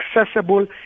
accessible